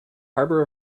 harbor